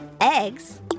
eggs